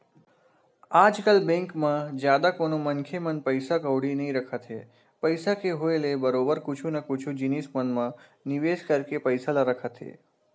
आजकल बेंक म जादा कोनो मनखे मन पइसा कउड़ी नइ रखत हे पइसा के होय ले बरोबर कुछु न कुछु जिनिस मन म निवेस करके पइसा ल रखत हे